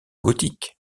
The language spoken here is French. gothique